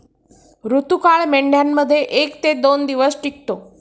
ऋतुकाळ मेंढ्यांमध्ये एक ते दोन दिवस टिकतो